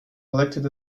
elected